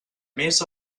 més